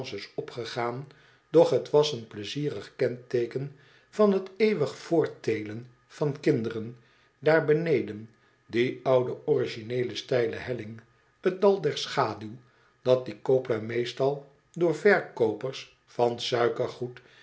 opgegaan doch t was een pleizierig kenteeken van t eeuwig voorttelen van kinderen daar beneden die oude origineele steile helling t dal der schaduw dat die kooplui meestal door verkoopers van